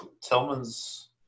Tillman's